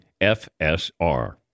FSR